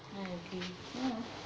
I agree